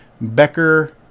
Becker